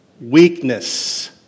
weakness